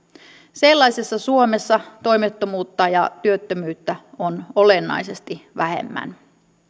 sellaisessa suomessa toimettomuutta ja työttömyyttä on olennaisesti vähemmän